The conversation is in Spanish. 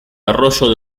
arroyo